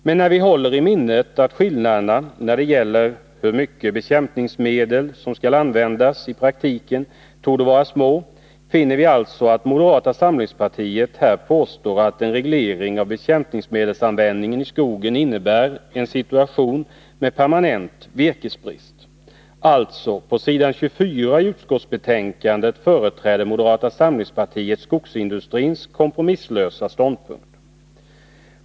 Men när vi håller i minnet att skillnaderna när det gäller hur mycket bekämpningsmedel som skall Nr 49 användas i praktiken torde vara små, finner vi att moderata samlingspartiet Torsdagen den här påstår att en reglering av bekämpningsmedelsanvändningen i skogen 10 december 1981 innebär en situation med permanent virkesbrist. På ss. 24i betänkandet företräder moderata samlingspartiet alltså skogsindustrins kompromisslösa ståndpunkt.